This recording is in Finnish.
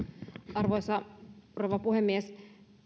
arvoisa rouva puhemies